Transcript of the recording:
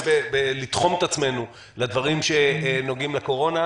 לתחוֹם את עצמנו לדברים שנוגעים לקורונה.